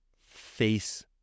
face